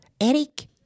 Eric